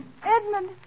Edmund